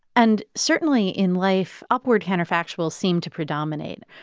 and certainly in life, upward counterfactuals seem to predominate.